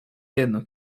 jedno